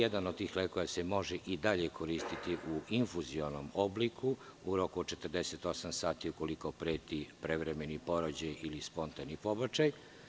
Jedan se i može i dalje koristiti u infuzionom obliku u roku od 48 sati ukoliko preti prevremeni porođaj ili spontani pobačaj.